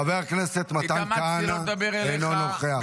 חבר הכנסת מתן כהנא, אינו נוכח.